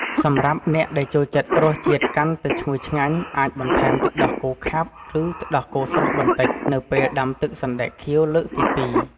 សម្រាប់អ្នកដែលចូលចិត្តរសជាតិកាន់តែឈ្ងុយឆ្ងាញ់ អាចបន្ថែមទឹកដោះគោខាប់ ឬទឹកដោះគោស្រស់បន្តិច នៅពេលដាំទឹកសណ្ដែកខៀវលើកទីពីរ។